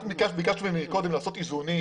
את ביקשת ממני קודם לעשות איזונים